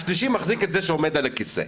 השלישי מחזיק את זה שעומד על הכיסא.